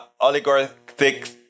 oligarchic